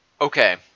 Okay